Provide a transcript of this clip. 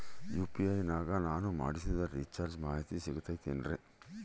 UPI ನಾಗ ನಾನು ಮಾಡಿಸಿದ ರಿಚಾರ್ಜ್ ಮಾಹಿತಿ ಸಿಗುತೈತೇನ್ರಿ?